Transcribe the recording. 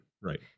right